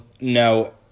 No